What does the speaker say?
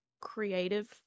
creative